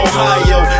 Ohio